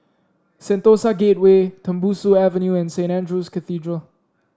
Sentosa Gateway Tembusu Avenue and Saint Andrew's Cathedral